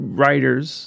writers